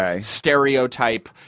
stereotype